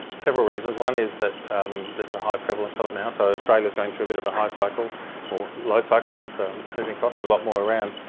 several reasons. one is that there's a high prevalence of it now. so australia's going through a bit of a high cycle or low cycle of whooping cough. there's a lot more around,